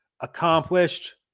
accomplished